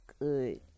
good